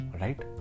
right